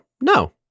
no